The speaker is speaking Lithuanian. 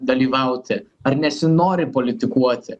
dalyvauti ar nesinori politikuoti